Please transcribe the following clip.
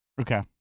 Okay